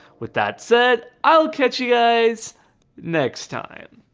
with that said, i'll catch you guys next time.